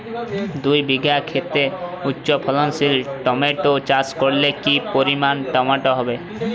দুই বিঘা খেতে উচ্চফলনশীল টমেটো চাষ করলে কি পরিমাণ টমেটো হবে?